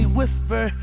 whisper